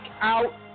out